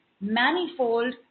manifold